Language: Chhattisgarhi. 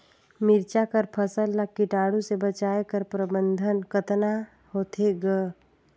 मिरचा कर फसल ला कीटाणु से बचाय कर प्रबंधन कतना होथे ग?